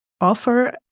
offer